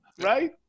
right